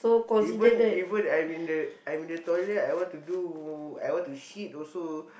even even I'm in the I'm in the toilet I want to do I want to shit also